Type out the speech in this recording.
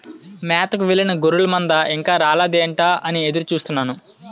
మేతకు వెళ్ళిన గొర్రెల మంద ఇంకా రాలేదేంటా అని ఎదురు చూస్తున్నాను